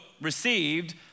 received